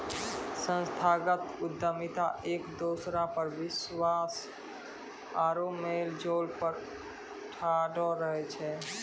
संस्थागत उद्यमिता एक दोसरा पर विश्वास आरु मेलजोल पर ठाढ़ो रहै छै